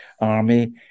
army